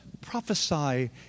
Prophesy